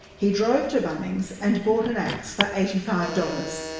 he drove to bunnings and bought an axe for eighty five dollars,